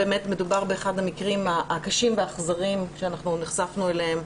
באמת מדובר באחד המקרים הקשים והאכזריים שנחשפנו אליהם.